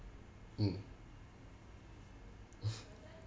mm